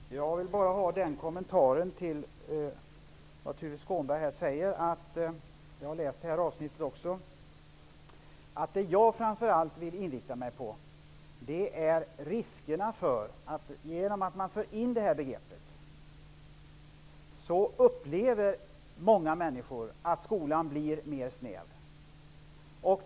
Fru talman! Jag vill bara göra den kommentaren till vad Tuve Skånberg här säger -- jag har också läst detta avsnitt -- att jag framför allt vill inrikta mig på att risken med att införa det här begreppet är att många människor upplever att skolan blir mer snäv.